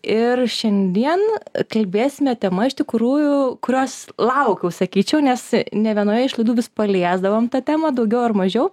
ir šiandien kalbėsime tema iš tikrųjų kurios laukiau sakyčiau nes nė vienoje iš laidų vis paliesdavom tą temą daugiau ar mažiau